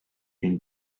une